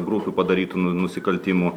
grupių padarytų nu nusikaltimų